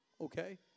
okay